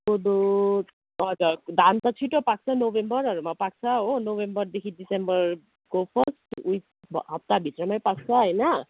कोदो हजुर धान त छिटो पाक्छ नोभेम्बरहरूमा पाक्छ हो नोभेम्बरदेखि दिसम्बरको फर्स्ट विक हप्ताभित्रमै पाक्छ होइन